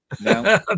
no